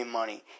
money